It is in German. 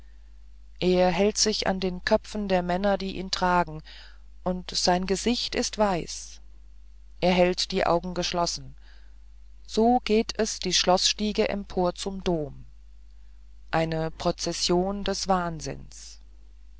er hält sich an den knöpfen der männer die ihn tragen und sein gesicht ist weiß er hält die augen geschlossen so geht es die schloßstiege empor zum dom eine prozession des wahnsinns